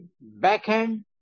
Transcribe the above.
backhand